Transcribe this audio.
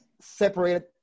separated